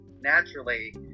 naturally